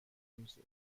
میزه